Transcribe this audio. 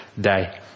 day